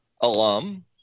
alum